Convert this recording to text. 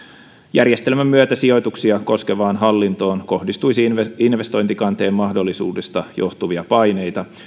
järjestelmän myötä sijoituksia koskevaan hallintoon kohdistuisi investointikanteen mahdollisuudesta johtuvia paineita